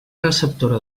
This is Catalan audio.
receptora